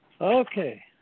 Okay